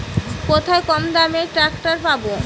কোথায় কমদামে ট্রাকটার পাব?